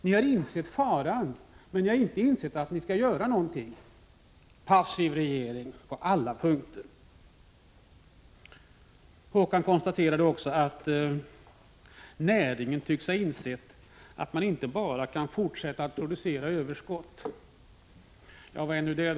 Ni har insett faran, men ni har inte insett att ni skall göra någonting. Regeringen är passiv på alla punkter. Håkan Strömberg konstaterade också att näringen tycks ha insett att man inte bara kan fortsätta att producera överskott. Vad innebär nu detta?